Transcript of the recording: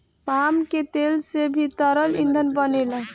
palm के तेल से भी तरल ईंधन बनेला